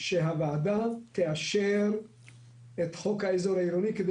שהוועדה תאשר את חוק העזר העירוני כדי